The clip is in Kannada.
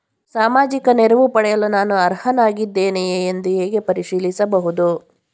ಸಾಮಾಜಿಕ ನೆರವು ಪಡೆಯಲು ನಾನು ಅರ್ಹನಾಗಿದ್ದೇನೆಯೇ ಎಂದು ಹೇಗೆ ಪರಿಶೀಲಿಸಬಹುದು?